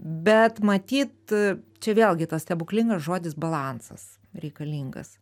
bet matyt čia vėlgi tas stebuklingas žodis balansas reikalingas